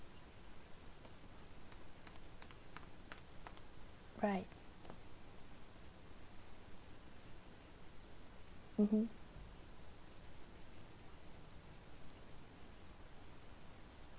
right mmhmm